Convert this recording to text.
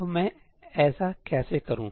तो मैं ऐसा कैसे करूं